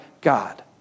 God